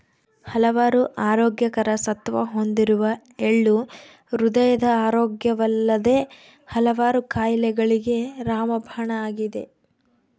ಹಲವಾರು ಆರೋಗ್ಯಕರ ಸತ್ವ ಹೊಂದಿರುವ ಎಳ್ಳು ಹೃದಯದ ಆರೋಗ್ಯವಲ್ಲದೆ ಹಲವಾರು ಕಾಯಿಲೆಗಳಿಗೆ ರಾಮಬಾಣ ಆಗಿದೆ